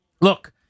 look